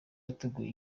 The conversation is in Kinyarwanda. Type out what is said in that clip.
yateguye